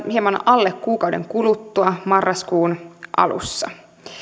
hieman alle kuukauden kuluttua marraskuun alussa